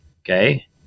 okay